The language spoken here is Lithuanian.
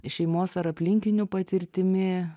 šeimos ar aplinkinių patirtimi